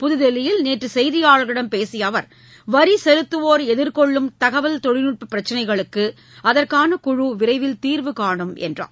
புதுதில்லியில் நேற்று செய்தியாளர்களிடம் பேசிய அவர் வரி செலுத்துவோர் எதிர்கொள்ளும் தகவல் தொழில்நுட்ப பிரச்சினைகளுக்கு அதற்கான குழு விரைவில் தீர்வுகாணும் என்று கூறினார்